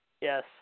Yes